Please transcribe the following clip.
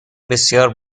بسیار